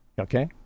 Okay